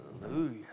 hallelujah